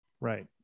Right